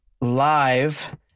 Live